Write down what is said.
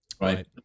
Right